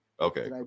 Okay